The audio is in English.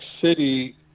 city